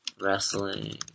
Wrestling